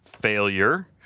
failure